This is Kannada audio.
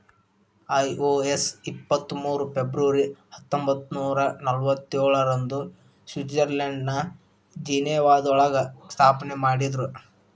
ಐ.ಒ.ಎಸ್ ಇಪ್ಪತ್ ಮೂರು ಫೆಬ್ರವರಿ ಹತ್ತೊಂಬತ್ನೂರಾ ನಲ್ವತ್ತೇಳ ರಂದು ಸ್ವಿಟ್ಜರ್ಲೆಂಡ್ನ ಜಿನೇವಾದೊಳಗ ಸ್ಥಾಪನೆಮಾಡಿದ್ರು